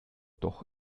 doch